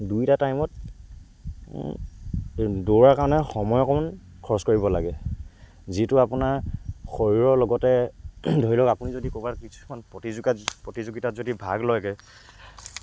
দুইটা টাইমত দৌৰা কাৰণে সময় অকণমান খৰচ কৰিব লাগে যিটো আপোনাৰ শৰীৰৰ লগতে ধৰি লওক আপুনি যদি ক'বাত কিছুমান প্ৰতিযোগাত প্ৰতিযোগিতাত যদি ভাগ লয়গৈ